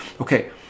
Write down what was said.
okay